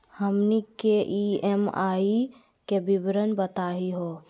हमनी के ई.एम.आई के विवरण बताही हो?